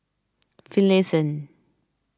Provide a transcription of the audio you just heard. Finlayson